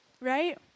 Right